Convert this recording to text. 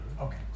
Okay